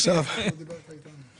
לקדם את זה.